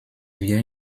wir